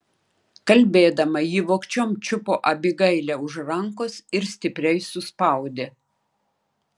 kalbėdama ji vogčiom čiupo abigailę už rankos ir stipriai suspaudė